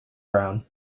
brown